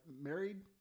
married